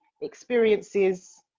experiences